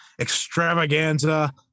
extravaganza